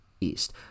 east